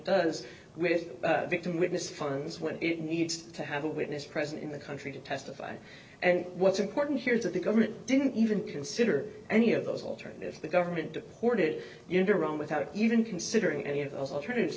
does with its victim witness funds when it needs to have a witness present in the country to testify and what's important here is that the government didn't even consider any of those alternatives the government deported without even considering any